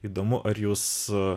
įdomu ar jūs